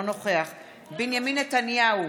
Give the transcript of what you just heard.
אינו נוכח בנימין נתניהו,